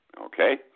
Okay